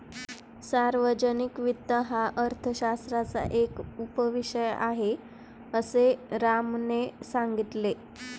सार्वजनिक वित्त हा अर्थशास्त्राचा एक उपविषय आहे, असे रामने सांगितले